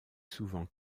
souvent